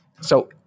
So-